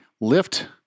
lift